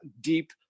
deep